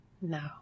no